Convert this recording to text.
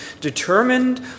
determined